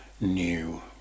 new